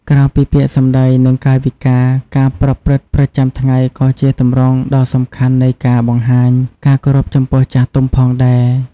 ក្រៅពីពាក្យសម្ដី និងកាយវិការ ការប្រព្រឹត្តប្រចាំថ្ងៃក៏ជាទម្រង់ដ៏សំខាន់នៃការបង្ហាញការគោរពចំពោះចាស់ទុំផងដែរ។